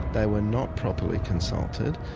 they were not properly consulted,